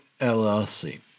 LLC